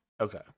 Okay